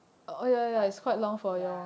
like for ya